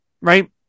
right